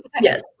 Yes